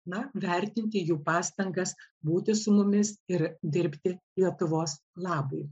na vertinti jų pastangas būti su mumis ir dirbti lietuvos labui